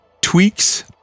Tweaks